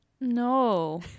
No